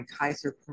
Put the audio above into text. Kaiser